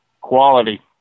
quality